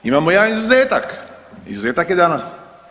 Imamo jedan izuzetak, izuzetak je danas.